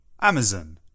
Amazon